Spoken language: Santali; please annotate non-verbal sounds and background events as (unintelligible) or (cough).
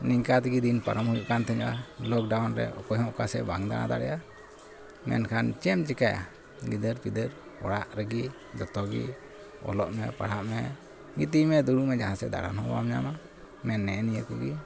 ᱱᱤᱝᱠᱟᱹ ᱛᱮᱜᱮ ᱫᱤᱱ ᱯᱟᱨᱚᱢ ᱦᱩᱭᱩᱜᱠᱟᱱ ᱛᱮᱦᱮᱸᱫᱼᱟ ᱞᱚᱠᱰᱟᱣᱩᱱᱨᱮ ᱚᱠᱚᱭᱦᱚᱸ ᱚᱠᱟᱥᱮᱫ ᱵᱟᱢ ᱫᱟᱬᱟ ᱫᱟᱲᱮᱭᱟᱜᱼᱟ ᱢᱮᱱᱠᱷᱟᱱ ᱪᱮᱫᱮᱢ ᱪᱤᱠᱟᱹᱭᱟ ᱜᱤᱫᱟᱹᱨᱼᱯᱤᱫᱟᱹᱨ ᱚᱲᱟᱜ ᱨᱮᱜᱮ ᱡᱚᱛᱚᱜᱮ ᱚᱞᱚᱜ ᱢᱮ ᱯᱟᱲᱦᱟᱜ ᱢᱮ ᱜᱤᱛᱤᱡ ᱢᱮ ᱫᱩᱲᱩᱵ ᱢᱮ ᱡᱟᱦᱟᱸᱥᱮᱫ ᱫᱟᱬᱟᱱ ᱦᱚᱸ ᱵᱟᱢ ᱧᱟᱢᱟ (unintelligible) ᱱᱮᱸᱜᱼᱮ ᱱᱤᱭᱟᱹ ᱠᱚᱜᱮ